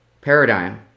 paradigm